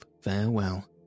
farewell